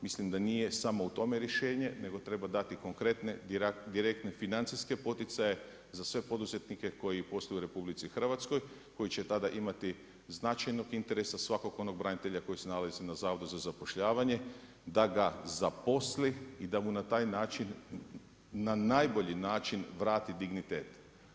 Mislim da nije samo u tome rješenje nego treba dati konkretne, direktne financijske poticaje za sve poduzetnike koji posluju u RH koji će tada imati značajnog interesa svakog onog branitelja koji se nalazi na Zavodu za zapošljavanje da ga zaposli i da mu na taj način, na najbolji način vrati dignitet.